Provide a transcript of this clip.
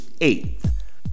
Eighth